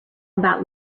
about